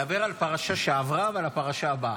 דבר על הפרשה שעברה ועל הפרשה הבאה.